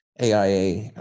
AIA